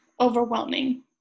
overwhelming